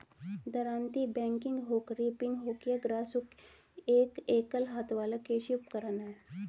दरांती, bagging hook, reaping hook या grass hook एक एकल हाथ वाला कृषि उपकरण है